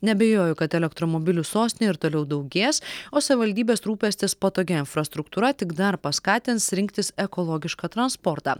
neabejoju kad elektromobilių sostinėj ir toliau daugės o savivaldybės rūpestis patogia infrastruktūra tik dar paskatins rinktis ekologišką transportą